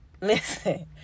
listen